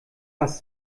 was